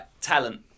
talent